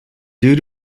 due